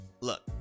Look